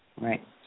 right